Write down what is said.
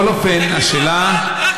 אתה רואה?